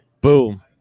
Boom